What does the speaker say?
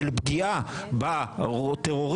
של פגיעה בטרוריסטים,